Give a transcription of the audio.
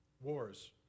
Wars